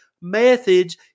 methods